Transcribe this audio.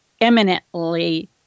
eminently